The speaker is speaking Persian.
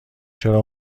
چرا